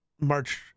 march